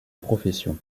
profession